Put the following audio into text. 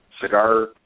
cigar